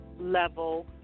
level